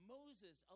Moses